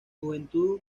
juventud